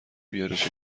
بیارش